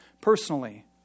personally